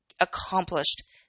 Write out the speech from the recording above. accomplished